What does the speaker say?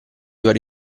vari